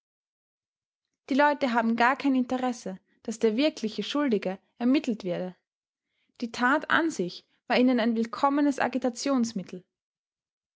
die leute haben gar kein interesse daß der wirklich schuldige ermittelt werde die tat an sich war ihnen ein willkommenes